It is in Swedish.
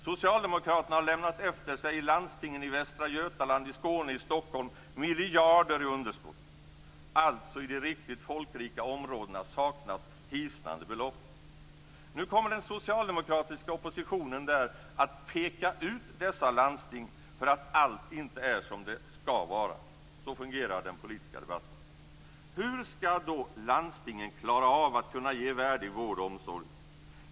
Götaland, i Skåne och i Stockholm lämnat efter sig miljarder i underskott - alltså i de riktigt folkrika områdena saknas hisnande belopp. Nu kommer den socialdemokratiska oppositionen där att peka ut dessa landsting för att allt inte är som det skall vara. Så fungerar den politiska debatten. Hur skall då landstingen klara av att ge värdig vård och omsorg?